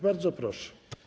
Bardzo proszę.